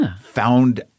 found